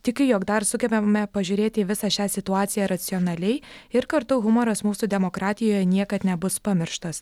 tikiu jog dar sugebame pažiūrėti į visą šią situaciją racionaliai ir kartu humoras mūsų demokratijoje niekad nebus pamirštas